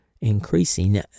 increasing